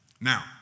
Now